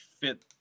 fit